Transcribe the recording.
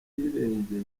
ahirengeye